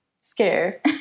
scare